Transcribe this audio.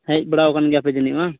ᱦᱮᱡ ᱵᱟᱲᱟᱣ ᱟᱠᱟᱱ ᱜᱮᱭᱟᱯᱮ ᱡᱟᱹᱱᱤᱡ ᱵᱟᱝ